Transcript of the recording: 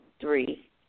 three